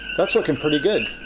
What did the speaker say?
that's looking pretty good.